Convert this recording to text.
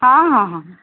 ହଁ ହଁ ହଁ ହଁ